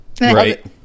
Right